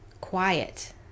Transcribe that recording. quiet